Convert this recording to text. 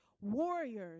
warriors